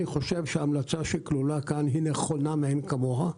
אני חושב שההמלצה שכלולה כאן היא נכונה מעין כמוה.